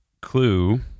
clue